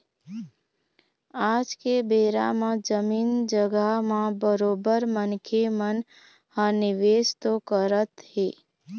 आज के बेरा म जमीन जघा म बरोबर मनखे मन ह निवेश तो करत हें